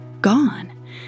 gone